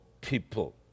people